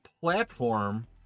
Platform